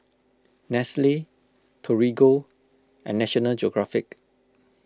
Nestle Torigo and National Geographic